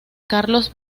carlos